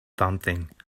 something